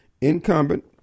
incumbent